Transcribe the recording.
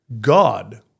God